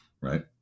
right